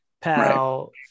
Pal